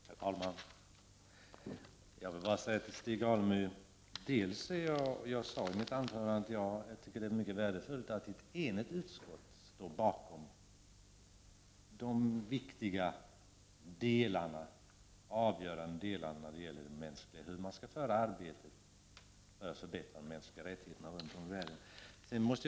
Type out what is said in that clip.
Herr talman! Jag vill bara säga till Stig Alemyr att jag i mitt anförande framhöll att det är mycket värdefullt att ett enigt utskott står bakom de viktiga och avgörande delar i betänkandet som gäller hur man skall bedriva arbetet för att förbättra de mänskliga rättigheterna runt om i världen.